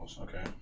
Okay